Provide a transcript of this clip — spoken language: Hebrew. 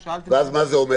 ואז מה זה אומר?